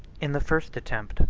in the first attempt,